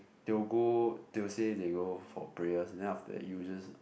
they will go they will say they go for prayers then after that you will just